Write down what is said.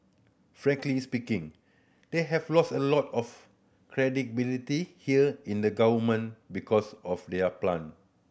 Frank is speaking they have lost a lot of credibility here in the government because of there plant